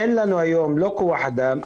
אין לנו היום כוח אדם,